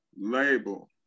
label